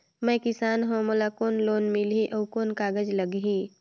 मैं किसान हव मोला कौन लोन मिलही? अउ कौन कागज लगही?